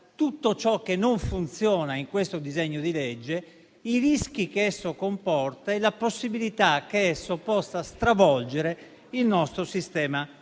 tutto ciò che non funziona in questo disegno di legge, i rischi che esso comporta e la possibilità che esso possa stravolgere il nostro sistema